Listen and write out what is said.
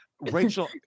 rachel